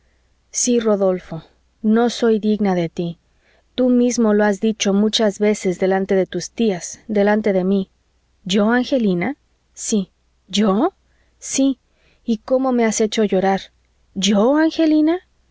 sí rodolfo no soy digna de tí tú mismo lo has dicho muchas veces delante de tus tías delante de mí yo angelina sí yo sí y cómo me has hecho llorar yo angelina